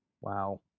Wow